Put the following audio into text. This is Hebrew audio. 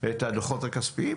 את הדוחות הכספיים?